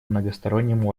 многосторонним